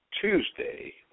Tuesday